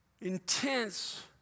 intense